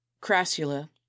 crassula